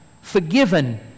forgiven